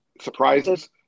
surprises